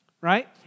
right